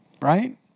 right